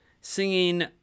singing